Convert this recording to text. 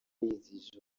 yizihije